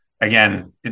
again